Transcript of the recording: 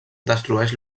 destrueix